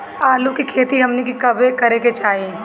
आलू की खेती हमनी के कब करें के चाही?